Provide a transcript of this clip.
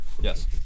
Yes